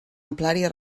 amplària